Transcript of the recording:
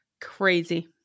Crazy